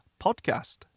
podcast